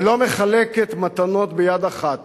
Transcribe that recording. ולא מחלקת מתנות ביד אחת